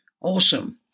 Awesome